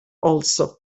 also